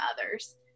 others